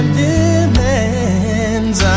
demands